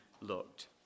looked